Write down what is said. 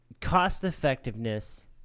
cost-effectiveness